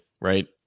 right